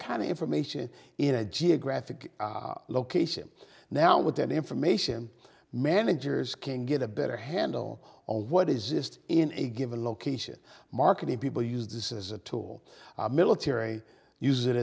kind of information in a geographic location now with that information managers can get a better handle on what is just in a given location marketing people use this as a tool military use it